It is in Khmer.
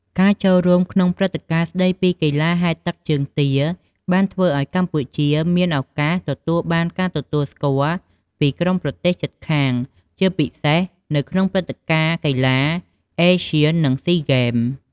ការចូលរួមក្នុងព្រឹត្តិការណ៍ស្ដីពីកីឡាហែលទឹកជើងទាបានធ្វើឱ្យកម្ពុជា មានឱកាសទទួលបានការទទួលស្គាល់ពីក្រុមប្រទេសជិតខាងជាពិសេសនៅក្នុងព្រឹត្តិការណ៍កីឡា ASEAN និង SEA Games។